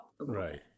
Right